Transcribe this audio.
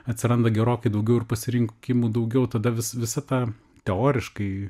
atsiranda gerokai daugiau ir pasirinkimų daugiau tada visa visa ta teoriškai